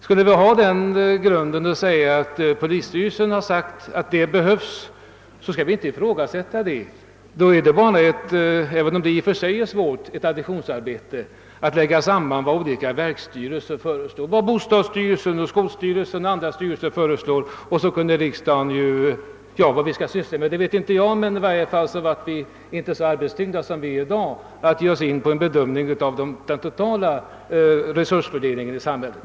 Kunde vi inte ifrågasätta vad rikspolisstyrelsen har anfört, vore det bara — även om det i och för sig är svårt — ett additionsarbete att lägga ihop vad t.ex. bostadsstyrelsen, skolöverstyrelsen och andra verksstyrelser föreslår. Vad riksdagen då skulle syssla med vet inte jag, men i varje fall bleve vi inte så arbetstyngda som vi är i dag när det gäller att bedöma den totala resursfördelningen i samhället.